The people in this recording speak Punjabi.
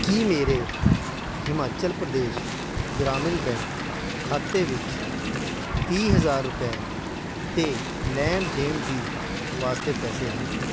ਕੀ ਮੇਰੇ ਹਿਮਾਚਲ ਪ੍ਰਦੇਸ਼ ਗ੍ਰਾਮੀਣ ਬੈਂਕ ਖਾਤੇ ਵਿੱਚ ਤੀਹ ਹਜ਼ਾਰ ਰੁਪਏ ਅਤੇ ਲੈਣ ਦੇਣ ਦੀ ਵਾਸਤੇ ਪੈਸੇ ਹਨ